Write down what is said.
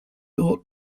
ought